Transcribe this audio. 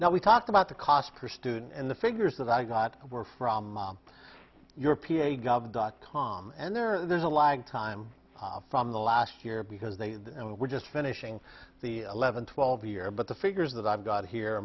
now we talked about the cost per student and the figures that i got were from your ph gov dot com and there are there's a lag time from the last year because they were just finishing the eleven twelve year but the figures that i've got here